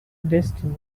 destiny